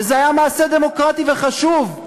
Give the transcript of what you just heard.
וזה היה מעשה דמוקרטי וחשוב.